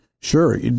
Sure